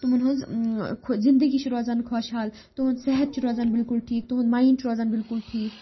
تِمَن ہٕنٛز زِندگی چھِ روزان خوش حال تُہُنٛد صحت چھِ روزان بِلکُل ٹھیٖک تُہُنٛد مایِنٛڈ چھِ روزان بِلکُل ٹھیٖک